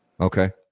okay